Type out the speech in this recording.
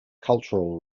cultural